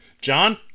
John